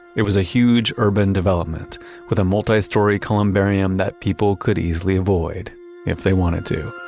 it was a huge urban development with a multi-story columbarium that people could easily avoid if they wanted to,